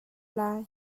lai